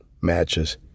matches